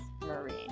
marine